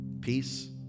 peace